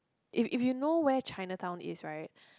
if if you know where Chinatown is right